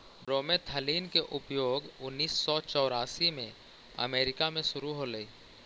bromethalin के उपयोग उन्नीस सौ चौरासी में अमेरिका में शुरु होलई